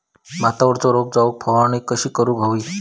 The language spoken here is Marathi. भातावरचो रोग जाऊक फवारणी कशी करूक हवी?